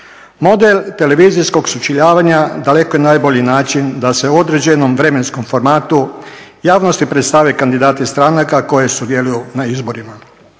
Model televizijskog sučeljavanja daleko je najbolji način da se u određenom vremenskom formatu javnosti predstave kandidati stranaka koje sudjeluju na izborima.